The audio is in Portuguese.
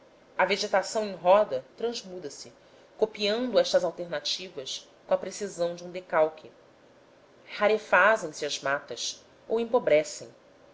a vegetação em roda transmuda se copiando estas alternativas com precisão de um decalque rarefazem se as matas ou empobrecem